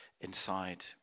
inside